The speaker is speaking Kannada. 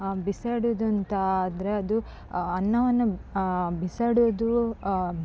ಬಿಸಾಡುವುದಂತ ಆದರೆ ಅದು ಅನ್ನವನ್ನು ಬಿಸಾಡುವುದು